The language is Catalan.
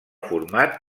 format